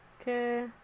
Okay